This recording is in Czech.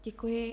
Děkuji.